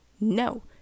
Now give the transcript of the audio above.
No